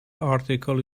article